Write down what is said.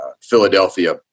Philadelphia